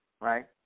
right